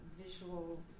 visual